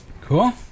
Cool